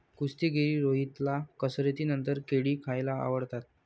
कुस्तीगीर रोहितला कसरतीनंतर केळी खायला आवडतात